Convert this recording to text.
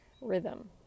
rhythm